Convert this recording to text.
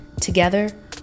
Together